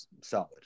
solid